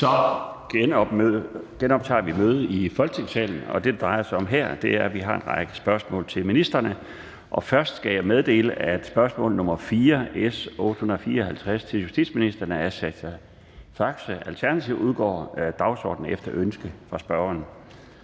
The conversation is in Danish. Så genoptager vi mødet i Folketingssalen. Det, det drejer sig om her, er, at vi har en række spørgsmål til ministrene. Først skal jeg meddele, at spørgsmål nr. 4 (S nr. 854) til justitsministeren af Sascha Faxe, Alternativet, udgår af dagsordenen efter ønske fra spørgeren.